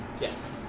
Yes